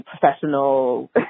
professional